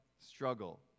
struggle